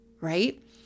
right